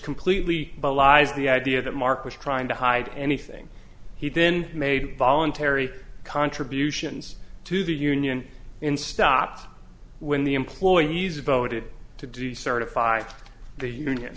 completely belies the idea that mark was trying to hide anything he then made voluntary contributions to the union in stopped when the employees voted to decertify the union